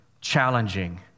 challenging